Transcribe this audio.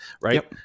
Right